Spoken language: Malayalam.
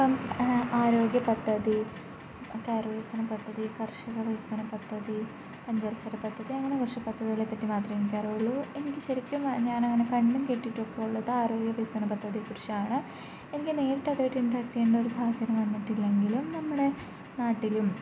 ഇപ്പം ആരോഗ്യ പദ്ധതി കയർ വികസന പദ്ധതി കർഷക വികസന പദ്ധതി പഞ്ചവത്സര പദ്ധതി അങ്ങനെ കുറച്ച് പദ്ധതികളെ പറ്റി മാത്രമേ എനിക്കറിയുള്ളൂ എനിക്ക് ശരിക്കും ഞാനങ്ങനെ കണ്ടും കേട്ടിട്ടൊക്കെ ഉള്ളത് ആരോഗ്യ വികസന പദ്ധതിയെ കുറിച്ചാണ് എനിക്ക് നേരിട്ട് അതുമായിട്ട് ഇൻടറാക്റ്റ് ചെയ്യാനുള്ളൊരു സാഹചര്യം വന്നിട്ടില്ലെങ്കിലും നമ്മുടെ നാട്ടിലും